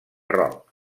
roc